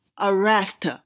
arrest